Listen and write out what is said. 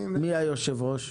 מי היושב-ראש?